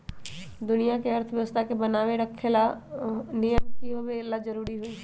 दुनिया के अर्थव्यवस्था के बनाये रखे ला नियम के होवे ला जरूरी हई